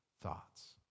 thoughts